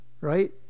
right